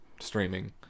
streaming